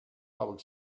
public